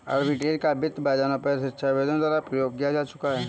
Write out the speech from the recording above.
arbitrage का वित्त बाजारों पर शिक्षाविदों द्वारा प्रयोग भी किया जा चुका है